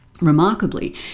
Remarkably